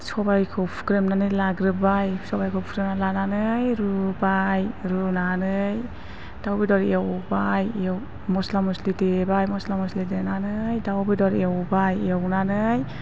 सबाइखौ फुख्रेमनानै लाग्रोबाय सबाइखौ फुख्रेमनानै लानानै रुबाय रुनानै दाउ बेदर एवबाय मस्ला मस्लि देबाय मस्ला मस्लि देनानै दाउ बेदर एवबाय एवनानै